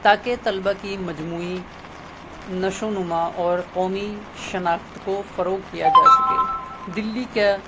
تاکہ طلبا کی مجموعی نشو و نما اور قومی شناخت کو فروغ کیا جا سکے دلی کا